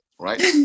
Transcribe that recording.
Right